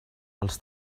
els